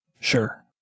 Sure